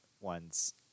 ones